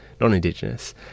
non-Indigenous